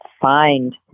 find